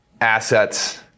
assets